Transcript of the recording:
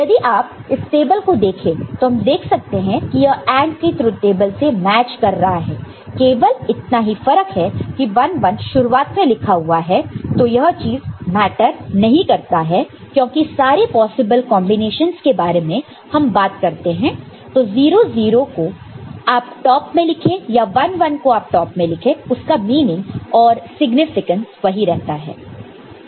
यदि आप इस टेबल को देखें तो हम देख सकते हैं यह AND ट्रुथ टेबल से मैच कर रहा है केवल इतना ही फर्क है कि 1 1 शुरुआत में लिखा हुआ है तो यह चीज मैटर नहीं करता है क्योंकि सारे पॉसिबल कांबिनेशंस के बारे में हम बात करते हैं तो 0 0 को आप टॉप में लिखे या 1 1 को आप टॉप में लिखें उसका मीनिंग और सिग्निफिकेंस वही रहता है